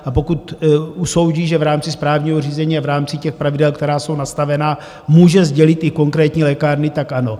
A pokud usoudí, že v rámci správního řízení a v rámci pravidel, která jsou nastavena, může sdělit i konkrétní lékárny, tak ano.